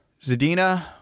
Zadina